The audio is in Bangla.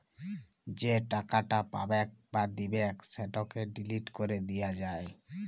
যে টাকাট পাবেক বা দিবেক সেটকে ডিলিট ক্যরে দিয়া যায়